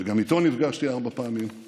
שגם איתו נפגשתי ארבע פעמים,